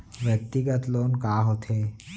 व्यक्तिगत लोन का होथे?